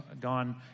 gone